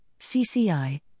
CCI